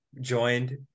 joined